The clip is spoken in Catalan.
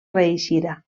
reeixida